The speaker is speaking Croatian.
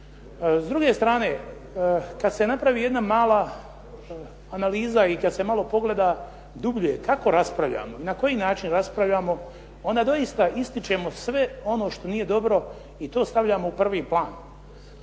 S druge strane, kad se napravi jedna mala analiza i kad se malo pogleda dublje kako raspravljamo i na koji način raspravljamo, onda doista ističemo sve ono što nije dobro i to stavljamo u prvi plan.